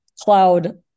cloud